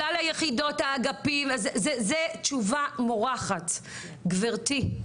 כלל היחידות, האגפים זאת תשובה מורחת, גברתי.